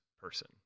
person